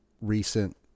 recent